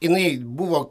jinai buvo